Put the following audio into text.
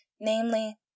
namely